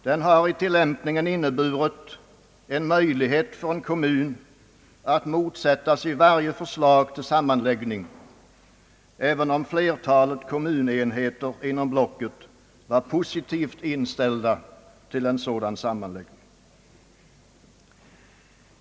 Den har i tillämpningen inneburit möjlighet för en kommun att motsätta sig varje förslag till sammanläggning även om flertalet kommunenheter inom blocket var positivt inställda till en sådan sammanläggning.